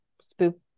spook